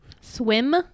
swim